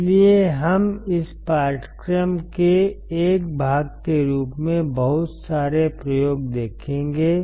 इसलिए हम इस पाठ्यक्रम के एक भाग के रूप में बहुत सारे प्रयोग देखेंगे